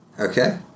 okay